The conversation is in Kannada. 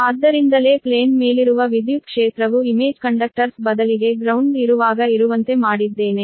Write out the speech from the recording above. ಆದ್ದರಿಂದಲೇ ಬಯಲಿನ ಪ್ಲೇನ್ ಮೇಲಿರುವ ವಿದ್ಯುತ್ ಕ್ಷೇತ್ರವು ಇಮೇಜ್ ಕಂಡಕ್ಟರ್ಸ್ ಬದಲಿಗೆ ಗ್ರೌಂಡ್ ಇರುವಾಗ ಇರುವಂತೆ ಮಾಡಿದ್ದೇನೆ